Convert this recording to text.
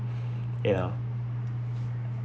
you know